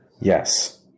Yes